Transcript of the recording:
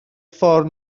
ffordd